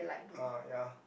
ah ya